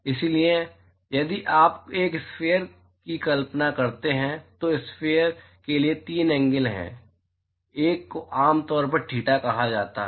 इसलिए यदि आप एक स्फेयर की कल्पना करते हैं तो स्फेयल के लिए तीन एंगल हैं एक को आम तौर पर थीटा कहा जाता है